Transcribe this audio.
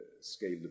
scale